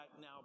now